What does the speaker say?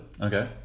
Okay